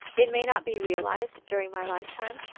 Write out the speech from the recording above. it may not be realized during my lifetime,